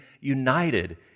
united